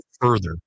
further